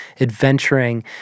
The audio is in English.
adventuring